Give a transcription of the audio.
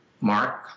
Mark